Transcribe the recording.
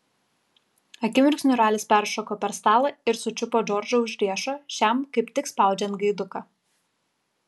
akimirksniu ralis peršoko per stalą ir sučiupo džordžą už riešo šiam kaip tik spaudžiant gaiduką